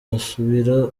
basubira